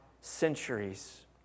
centuries